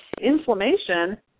inflammation